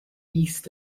east